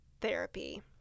therapy